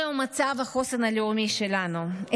זהו מצב החוסן הלאומי שלנו.